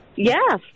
Yes